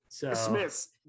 Dismiss